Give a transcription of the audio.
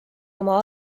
oma